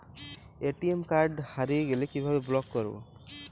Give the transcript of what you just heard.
ATM card হারিয়ে গেলে কিভাবে ব্লক করবো?